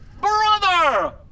Brother